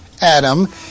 Adam